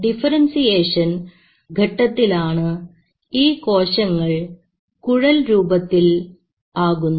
differentiation ഘട്ടത്തിലാണ് ഈ കോശങ്ങൾ കുഴൽ രൂപത്തിൽ ആകുന്നത്